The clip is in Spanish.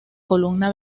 columna